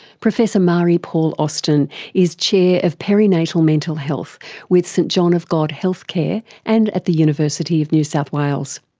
professor marie-paule austin is chair of perinatal mental health with st john of god healthcare and at the university of new south wales.